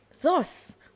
thus